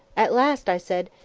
at last i said,